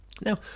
now